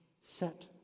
set